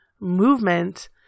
movement